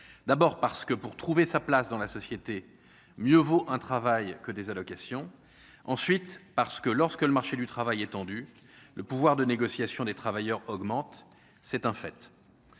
d'abord parce que pour trouver sa place dans la société, mieux vaut un travail que des allocations, ensuite parce que, lorsque le marché du travail tendu le pouvoir de négociation des travailleurs augmente, c'est un fait,